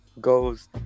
goes